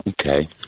Okay